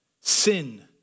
sin